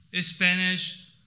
Spanish